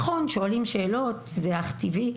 נכון, שואלים שאלות, וזה אך טבעי,